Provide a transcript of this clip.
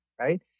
right